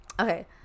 Okay